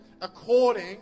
According